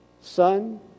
Son